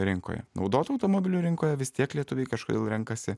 rinkoje naudotų automobilių rinkoje vis tiek lietuviai kažkodėl renkasi